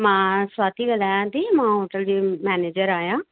मां स्वाति ॻाल्हायां थी मां होटल जी मैनेजर आहियां